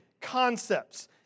concepts